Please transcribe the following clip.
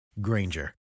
Granger